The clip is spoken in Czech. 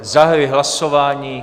Zahajuji hlasování.